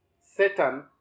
Satan